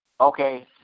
Okay